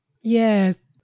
Yes